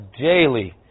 daily